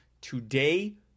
today